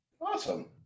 Awesome